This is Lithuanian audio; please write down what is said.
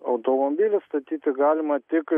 automobilius statyti galima tik